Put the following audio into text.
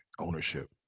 ownership